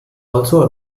also